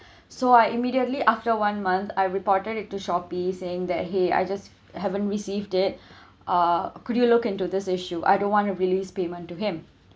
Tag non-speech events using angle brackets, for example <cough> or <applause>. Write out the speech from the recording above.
<breath> so I immediately after one month I reported it to Shopee saying that !hey! I just haven't received it <breath> uh could you look into this issue I don't want to release payment to him